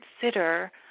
consider